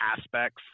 aspects